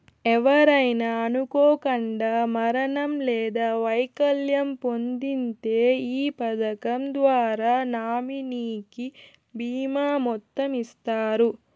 ఎవరైనా అనుకోకండా మరణం లేదా వైకల్యం పొందింతే ఈ పదకం ద్వారా నామినీకి బీమా మొత్తం ఇస్తారు